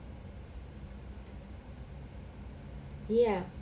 ya